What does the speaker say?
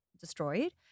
destroyed